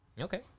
Okay